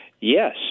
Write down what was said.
Yes